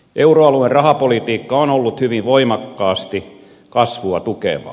euroalueen rahapolitiikka on ollut hyvin voimakkaasti kasvua tukevaa